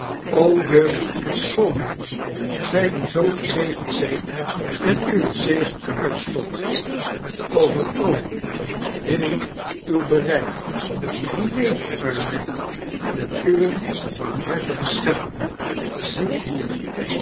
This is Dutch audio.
o jeugd en schoonheid gij die zoo gezegend zijt en uwen zegen uitstort over alien binnen uw bereik die mede-arbeidt met uwen barmhartigen schepper zdet hier